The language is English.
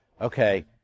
okay